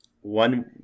One